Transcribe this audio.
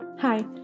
Hi